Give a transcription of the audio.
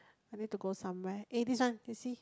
I need to go somewhere eh this one you see